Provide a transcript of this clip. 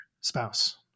spouse